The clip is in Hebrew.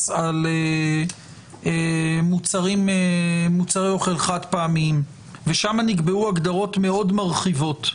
על מוצרי אוכל חד פעמיים ושם נקבעו הגדרות מאוד מרחיבות.